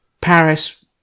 Paris